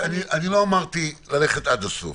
לא אמרתי ללכת עד הסוף.